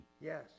Yes